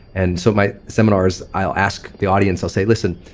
and so my seminars, i'll ask the audience. i'll say, listen.